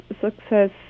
success